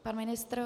Pan ministr?